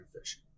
fishing